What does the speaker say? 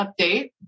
update